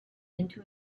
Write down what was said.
into